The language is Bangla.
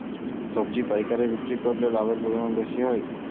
সবজি পাইকারি বিক্রি করলে কি লাভের পরিমাণ বেশি হয়?